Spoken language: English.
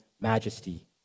majesty